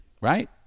Right